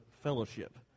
fellowship